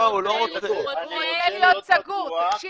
הוא רוצה להיות סגור, תקשיב.